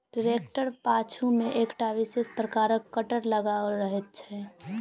ट्रेक्टरक पाछू मे एकटा विशेष प्रकारक कटर लगाओल रहैत छै